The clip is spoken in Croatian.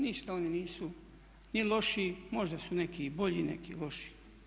Ništa oni nisu ni lošiji, možda su neki i bolji, neki lošiji.